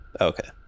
okay